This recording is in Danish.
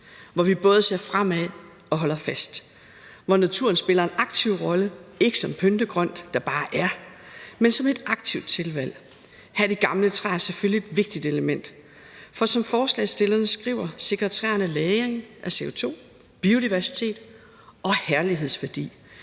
hvor vi både ser fremad og holder fast, og hvor naturen spiller en aktiv rolle, ikke som pyntegrønt, der bare er, men som et aktivt tilvalg. Her er de gamle træer selvfølgelig et vigtigt element, for som forslagsstillerne skriver, sikrer træerne lagring af CO2, biodiversitet og herlighedsværdi.